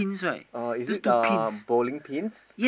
oh is it uh bowling pins